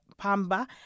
Pamba